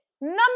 Number